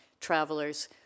travelers